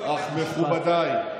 אך מכובדיי,